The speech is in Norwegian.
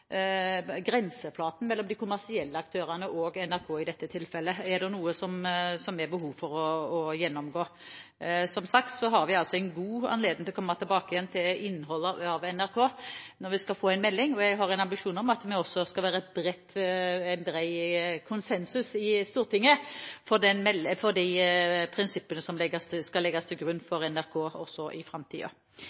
grenseflaten mellom de kommersielle aktørene og NRK i dette tilfellet, om det er noe som det er behov for å gjennomgå. Som sagt har vi altså god anledning til å komme tilbake igjen til innholdet av NRK når vi skal ha en melding. Jeg har en ambisjon om at det skal være bred konsensus i Stortinget om de prinsippene som skal legges til grunn for NRK i framtiden. Bare en kort kommentar også